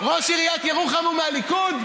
ראש עיריית ירוחם הוא מהליכוד?